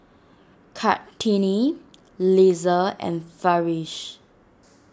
Kartini Lisa and Farish